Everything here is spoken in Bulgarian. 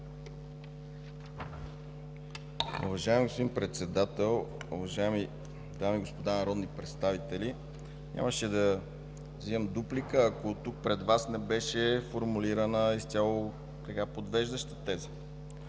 Уважаеми господин Председател, уважаеми дами и господа народни представители! Нямаше да вземам дуплика, ако тук пред Вас не беше формулирана изцяло подвеждаща теза.